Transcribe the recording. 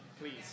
Please